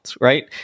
right